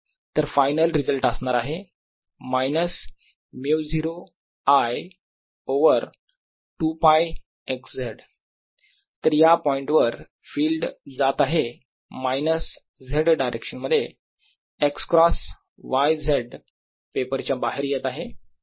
तर final result असणार आहे minus μ0 I over 2 π x z तर या पॉईंटवर फिल्ड जात आहे मायनस z डायरेक्शन मध्ये x cross y z paper च्या बाहेर येत आहे